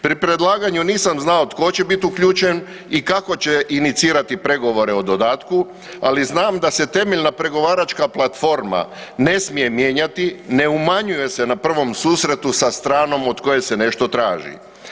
Pri predlaganju nisam znao tko će biti uključen i kako će inicirati pregovore o dodatku ali znam da se temeljna pregovaračka platforma ne smije mijenjati, ne umanjuje se na prvom susretu sa stranom od koje se nešto traži.